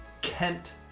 Kent